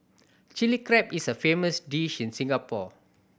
Chilli Crab is a famous dish in Singapore